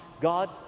God